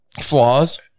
Flaws